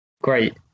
great